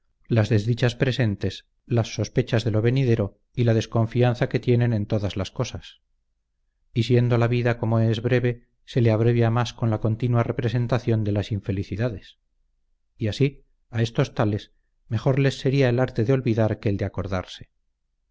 las desdichas presentes las sospechas de lo venidero y la desconfianza que tienen en todas las cosas y siendo la vida como es breve se les abrevia más con la continua representación de las infelicidades y así a estos tales mejor les sería el arte de olvidar que el de acordarse